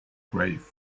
grave